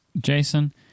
Jason